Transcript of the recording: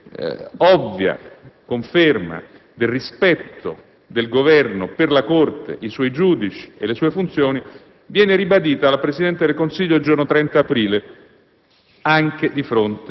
vorrei dire, ovvia conferma del rispetto del Governo per la Corte, i suoi giudici e le sue funzioni, viene ribadita dal Presidente del Consiglio, il giorno 30 aprile,